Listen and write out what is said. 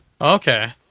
Okay